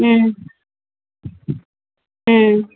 ம் ம்